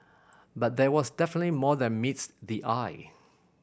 but there was definitely more than meets the eye